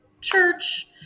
church